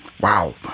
wow